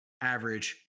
average